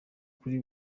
kuri